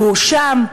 הוא הואשם,